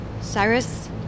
Cyrus